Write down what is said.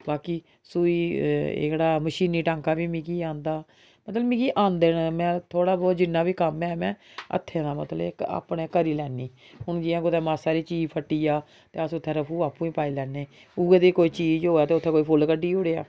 बाकी सूई एह्कड़ा मशीनी टांका बी मिगी औंदा मतलब मिगी औंदे ने में थोह्डा बहुत जिन्ना बी कम्म ऐ में हत्थें कन्नै मतलब ऐ अपना करी लैन्नी हून जि'यां कुतै मासा सारी चीज फट्टी जा ते अस उत्थै रफू आपूं गै पाई लैन्ने उ'ऐ नेही कोई चीज होऐ ते उत्थै कोई फुल्ल कड्ढी ओड़ेआ